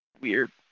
weird